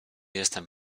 jestem